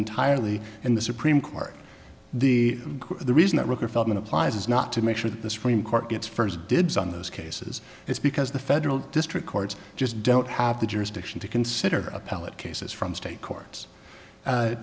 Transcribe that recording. entirely in the supreme court the reason that record feldman applies is not to make sure that the supreme court gets first dibs on those cases it's because the federal district court just don't have the jurisdiction to consider appellate cases from state court